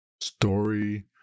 story